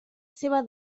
seua